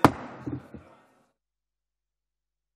(הישיבה נפסקה בשעה 01:05 ונתחדשה בשעה